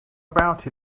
about